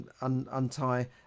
untie